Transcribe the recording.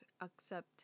accept